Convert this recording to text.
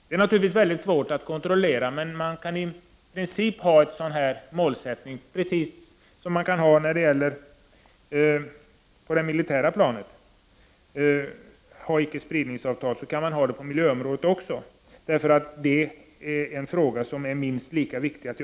Det är naturligtvis någonting som är svårt att kontrollera, men man kan i princip ha denna målsättning med ett icke-spridningsavtal på miljöområdet precis som på det militära. Denna fråga är nämligen minst lika viktig.